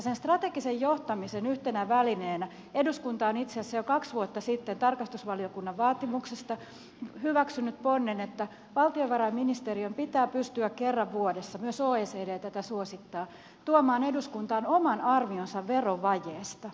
sen strategisen johtamisen yhtenä välineenä eduskunta on itse asiassa jo kaksi vuotta sitten tarkastusvaliokunnan vaatimuksesta hyväksynyt ponnen että valtiovarainministeriön pitää pystyä kerran vuodessa myös oecd tätä suosittaa tuomaan eduskuntaan oman arvionsa verovajeesta